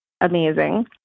amazing